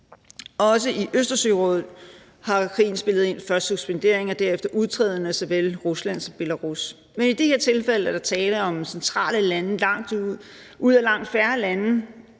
Også i Østersørådet har krigen spillet ind med først suspendering og derefter udtræden af såvel Rusland som Belarus. Men i det her tilfælde er der tale om centrale lande ud af langt færre lande,